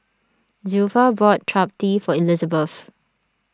Zilpha bought Chapati for Elizebeth